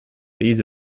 these